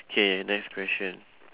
K next question